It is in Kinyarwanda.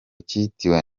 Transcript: cyitiriwe